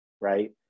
right